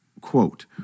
quote